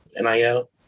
NIL